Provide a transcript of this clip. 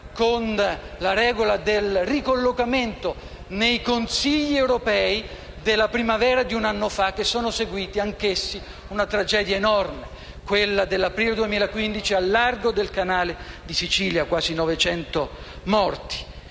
con la regola del ricollocamento nei Consigli europei della primavera di un anno fa, che sono seguiti anch'essi a una tragedia enorme, quella dell'aprile 2015, al largo del canale di Sicilia, con quasi 900 morti.